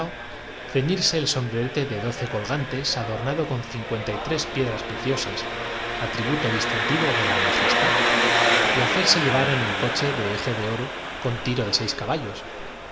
ceñirse el som brerete de doce colgantes adornado con cincuenta y tres piedras preciosasatributo distintivo de la ma jestady hacerse llevar en el coche de eje de oro con tiro de seis caballos